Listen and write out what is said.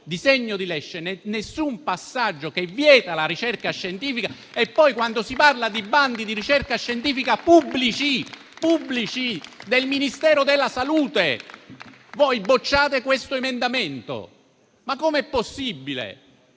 disegno di legge alcun passaggio che vieta la ricerca scientifica e poi, quando si parla di bandi di ricerca scientifica pubblici, del Ministero della salute, bocciate questo emendamento? Come è possibile?